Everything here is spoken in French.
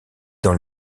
dans